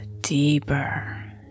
deeper